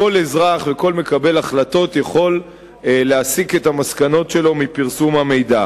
כל אזרח וכל מקבל החלטות יכול להסיק את המסקנות שלו מפרסום המידע.